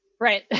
right